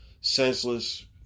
senseless